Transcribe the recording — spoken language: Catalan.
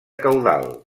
caudal